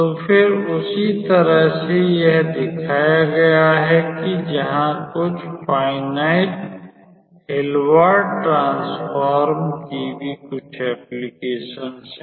तो फिर उसी तरह से यह दिखाया गया कि यहाँ कुछ फ़ाईनाइट हिल्बर्ट ट्रांसफॉर्म की भी कुछ एप्लिकेशन हैं